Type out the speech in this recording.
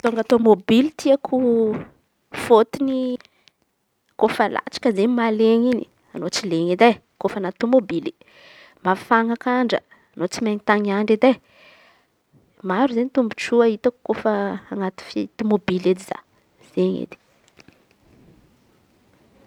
Mitondra tômôbily tiako fôtony kôfa latsaka izen̈y mahalen̈y in̈y anô tsy lena edy e anaty tômôbily. Mafana kà andra anô tsy mitan̈y andra edy e. Maro izen̈y tombotsoa kôfa hitako anaty fi- tômôbily edy za.